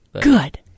Good